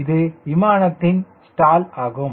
இது விமானத்தின் ஸ்டால் ஆகும்